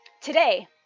today